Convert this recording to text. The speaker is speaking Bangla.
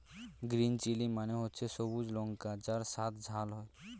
গ্রিন চিলি মানে হচ্ছে সবুজ লঙ্কা যার স্বাদ ঝাল হয়